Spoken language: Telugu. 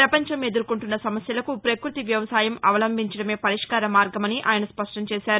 ప్రపంచం ఎదుర్కొంటున్న సమస్యలకు పక్బతి వ్యవసాయం అవలంబించడమే పరిష్కార మార్గమని ఆయన స్పష్టంచేవారు